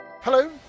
Hello